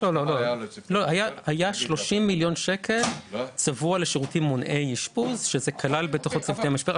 היה 30 מיליון שקל צבוע לשירותים מונעי אשפוז שזה כלל בתוכו צוותי משבר.